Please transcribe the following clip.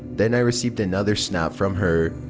then i received another snap from her.